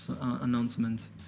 announcement